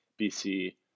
bc